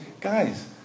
Guys